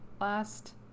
last